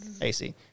AC